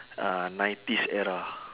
uh nineties era